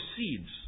seeds